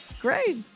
Great